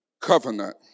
covenant